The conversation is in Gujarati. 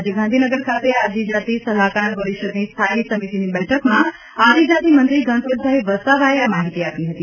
આજે ગાંધીનગર ખાતે આદિજાતિ સલાહકાર પરિષદની સ્થાયી સમિતિની બેઠકમાં આદિજાતિ મંત્રી ગણપતભાઈ વસાવાએ આ માહિતી આપી હતી